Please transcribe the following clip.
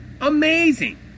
Amazing